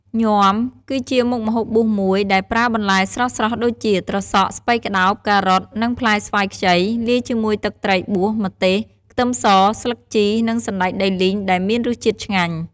ញាំគឺជាមុខម្ហូបបួសមួយ ដែលប្រើបន្លែស្រស់ៗដូចជា ត្រសក់ ស្ពៃក្ដោប ការ៉ុត និងផ្លែស្វាយខ្ចី លាយជាមួយទឹកត្រីបួស ម្ទេស ខ្ទឹមស ស្លឹកជី និងសណ្ដែកដីលីង ដែលមានរសជាតិឆ្ងាញ់ ។